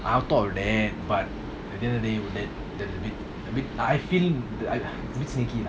but a bit a bit I feel like it's a bit sneaky lah